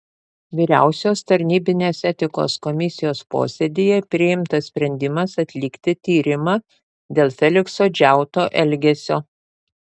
vyriausios tarnybinės etikos komisijos posėdyje priimtas sprendimas atlikti tyrimą dėl felikso džiauto elgesio